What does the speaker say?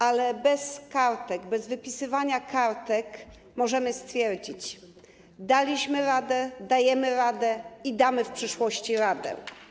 Ale bez kartek, bez wypisywania kartek możemy stwierdzić: daliśmy radę, dajemy radę i damy w przyszłości radę.